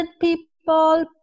people